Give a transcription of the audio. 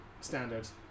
standards